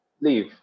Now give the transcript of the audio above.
leave